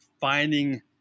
Finding